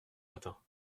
matin